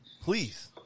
Please